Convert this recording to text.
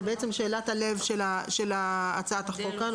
זאת בעצם שאלת הלב של הצעת החוק כיוון